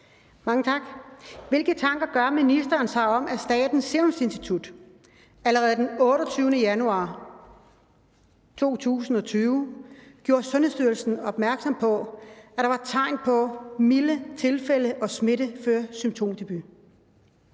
(DF)): Hvilke tanker gør ministeren sig om, at Statens Serum Institut allerede den 28. januar 2020 gjorde Sundhedsstyrelsen opmærksom på, at der var tegn på milde tilfælde og smitte før symptomdebut?